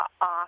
off